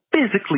physically